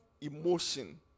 emotion